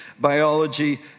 biology